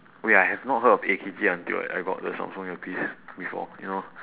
wait I have not heard of A_K_G until like I got the samsung earpiece before you know